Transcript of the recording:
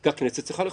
כי הכנסת צריכה לחוקק.